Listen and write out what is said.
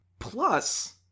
Plus